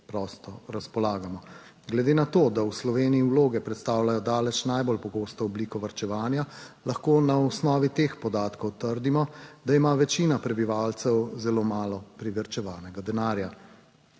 prosto razpolagamo. Glede na to, da v Sloveniji vloge predstavljajo daleč najbolj pogosto obliko varčevanja, lahko na osnovi teh podatkov trdimo, da ima večina prebivalcev zelo malo privarčevanega denarja,